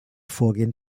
vorgehen